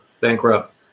bankrupt